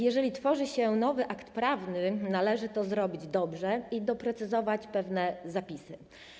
Jeżeli tworzy się nowy akt prawny, to należy to zrobić dobrze i doprecyzować pewne zapisy.